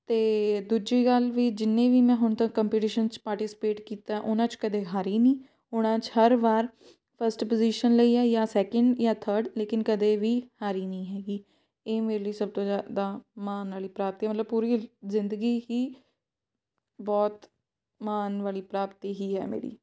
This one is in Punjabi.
ਅਤੇ ਦੂਜੀ ਗੱਲ ਵੀ ਜਿੰਨੀ ਵੀ ਮੈਂ ਹੁਣ ਤੱਕ ਕੰਪੀਟੀਸ਼ਨ 'ਚ ਪਾਰਟੀਸਪੇਟ ਕੀਤਾ ਉਹਨਾਂ 'ਚ ਕਦੇ ਹਾਰੀ ਨਹੀਂ ਉਹਨਾਂ 'ਚ ਹਰ ਵਾਰ ਫਸਟ ਪੁਜ਼ੀਸ਼ਨ ਲਈ ਆ ਜਾਂ ਸੈਕਿੰਡ ਜਾਂ ਥਰਡ ਲੇਕਿਨ ਕਦੇ ਵੀ ਹਾਰੀ ਨਹੀਂ ਹੈਗੀ ਇਹ ਮੇਰੇ ਲਈ ਸਭ ਤੋਂ ਜ਼ਿਆਦਾ ਮਾਣ ਵਾਲੀ ਪ੍ਰਾਪਤੀ ਮਤਲਬ ਪੂਰੀ ਜ਼ਿੰਦਗੀ ਹੀ ਬਹੁਤ ਮਾਣ ਵਾਲੀ ਪ੍ਰਾਪਤੀ ਹੀ ਹੈ ਮੇਰੀ